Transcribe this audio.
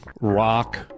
rock